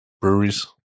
breweries